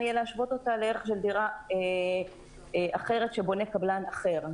יהיה להשוות אותה לערך של דירה אחרת שבונה קבלן אחר.